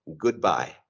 goodbye